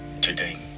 today